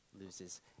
loses